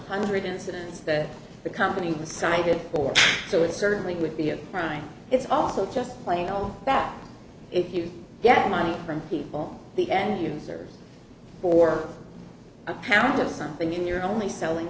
hundred incidents that the company was cited for so it certainly would be a crime it's also just plain old fact if you get money from people the end users for a pound of something in your only selling